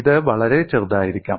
ഇത് വളരെ ചെറുതായിരിക്കാം